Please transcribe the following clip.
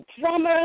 drummer